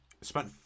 Spent